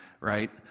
right